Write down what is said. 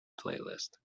playlist